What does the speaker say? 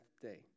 day